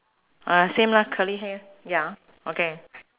ah same lah curly hair ya okay